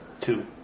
Two